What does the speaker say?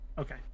Okay